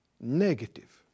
negative